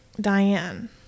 Diane